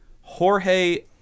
Jorge